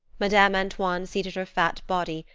madame antoine seated her fat body,